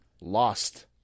lost